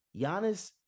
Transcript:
Giannis